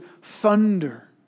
thunder